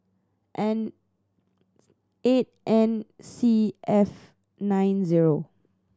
N eight N C F nine zero